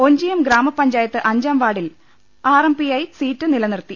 ഒഞ്ചിയം ഗ്രാമപഞ്ചായത്ത് അഞ്ചാം വാർഡിൽ R M P I seat നില നിർത്തി